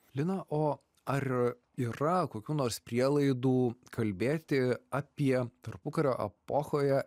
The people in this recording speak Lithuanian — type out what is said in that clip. lina o ar yra kokių nors prielaidų kalbėti apie tarpukario epochoje